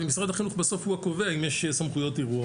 ומשרד החינוך בסוף הוא הקובע האם יש סמכויות ערעור,